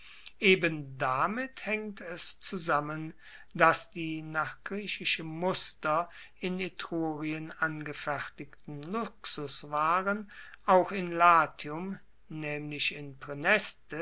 eben damit haengt es zusammen dass die nach griechischem muster in etrurien angefertigten luxuswaren auch in latium namentlich in